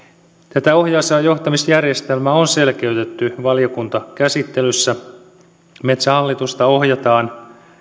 tätä ohjaus ja johtamisjärjestelmää on selkeytetty valiokuntakäsittelyssä metsähallitusta ohjataan